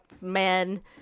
men